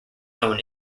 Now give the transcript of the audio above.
own